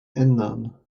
ändern